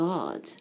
God